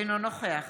אינו נוכח